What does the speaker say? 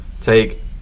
take